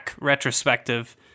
retrospective